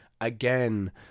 again